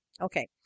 Okay